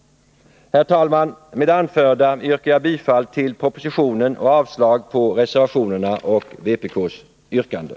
Herr talman! Med det anförda yrkar jag bifall till utskottets hemställan och avslag på reservationerna och vpk:s yrkanden.